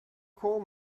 call